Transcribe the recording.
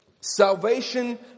salvation